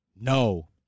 No